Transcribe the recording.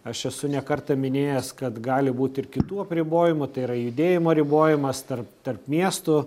aš esu ne kartą minėjęs kad gali būti ir kitų apribojimų tai yra judėjimo ribojimas tarp tarp miestų